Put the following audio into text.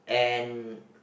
and